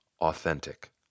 authentic